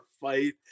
fight